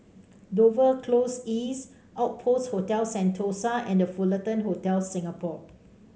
Dover Close East Outpost Hotel Sentosa and Fullerton Hotel Singapore